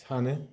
सानो